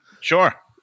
Sure